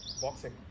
boxing